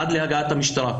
עד להגעת המשטרה,